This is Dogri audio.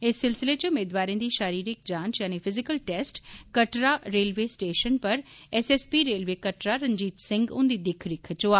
इस सिलसिले चे मेदवारे दी शारीरिक जांच यानि physical test Katra railway station पर S S P railway Katra Ranjit Singh हुन्दी दिक्ख रिक्ख च होआ